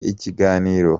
ikiganiro